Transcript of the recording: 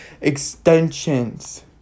extensions